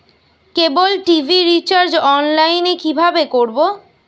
কেবল TV recharge online এ কিভাবে করব?